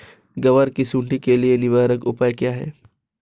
ग्वार की सुंडी के लिए निवारक उपाय क्या है?